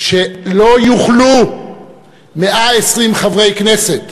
ולא יוכלו 120 חברי כנסת